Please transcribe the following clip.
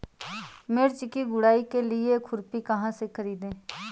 मिर्च की गुड़ाई के लिए खुरपी कहाँ से ख़रीदे?